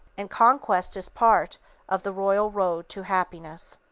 and conquest is part of the royal road to happiness.